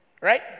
Right